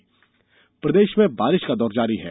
मौसम प्रदेश में बारिश का दौर जारी है